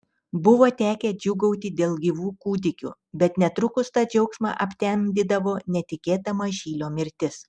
buvo tekę džiūgauti dėl gyvų kūdikių bet netrukus tą džiaugsmą aptemdydavo netikėta mažylio mirtis